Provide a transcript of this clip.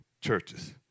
churches